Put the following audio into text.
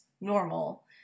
normal